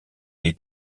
est